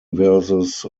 versus